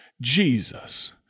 Jesus